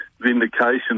Vindication